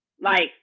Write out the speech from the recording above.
Like-